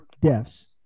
deaths